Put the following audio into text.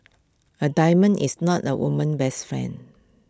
A diamond is not the woman's best friend